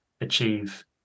achieve